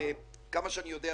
ממה שאני יודע,